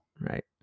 right